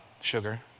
sugar